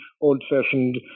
old-fashioned